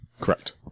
Correct